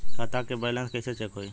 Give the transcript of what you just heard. खता के बैलेंस कइसे चेक होई?